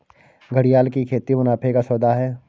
घड़ियाल की खेती मुनाफे का सौदा है